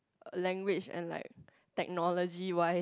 language and like technology wise